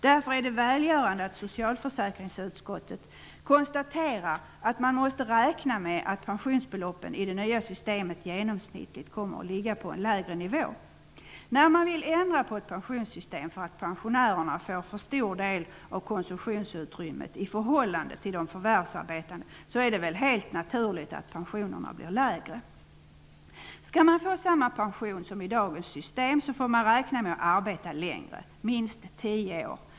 Därför är det välgörande att socialförsäkringsutskottet konstaterar att man måste räkna med att pensionsbeloppen i det nya systemet genomsnittligt kommer att ligga på en lägre nivå. Om man vill ändra på ett pensionssystem med anledning av att pensionärerna får för stor del av konsumtionsutrymmet, i förhållande till de förvärvsarbetande, är det väl helt naturligt att pensionerna blir lägre. Skall man få samma pension som med dagens system, får man räkna med att arbeta längre -- minst 10 år.